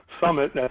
Summit